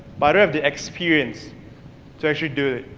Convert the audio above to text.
but i don't have the experience to actually do it.